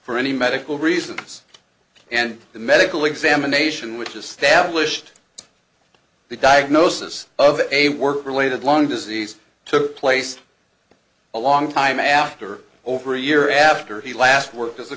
for any medical reasons and the medical examination which established the diagnosis of a work related lung disease took place a long time after over a year after he last worked as a